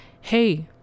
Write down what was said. hey